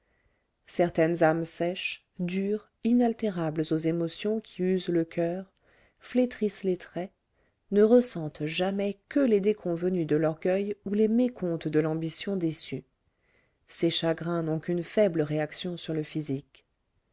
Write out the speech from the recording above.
certaines âmes sèches dures inaltérables aux émotions qui usent le coeur flétrissent les traits ne ressentent jamais que les déconvenues de l'orgueil ou les mécomptes de l'ambition déçue ces chagrins n'ont qu'une faible réaction sur le physique